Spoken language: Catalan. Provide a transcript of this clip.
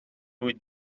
vuit